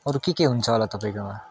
अरु के के हुन्छ होला तपाईँकोमा